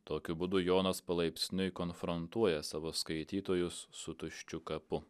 tokiu būdu jonas palaipsniui konfrontuoja savo skaitytojus su tuščiu kapu